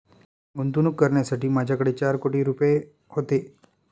गुंतवणूक करण्यासाठी माझ्याकडे चार कोटी रुपये होते